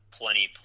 plenty